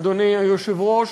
אדוני היושב-ראש,